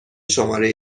شماره